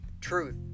Truth